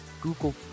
Google